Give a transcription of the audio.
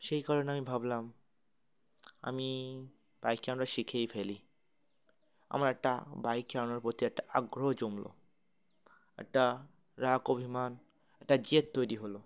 সেই কারণে আমি ভাবলাম আমি বাইক খালানোটা শিখেই ফেলি আমার একটা বাইক খেলানোর প্রতি একটা আগ্রহ জমলো একটা রাগ অভিমান একটা জেদ তৈরি হলো